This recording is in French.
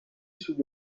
sous